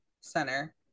center